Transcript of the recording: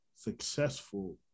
successful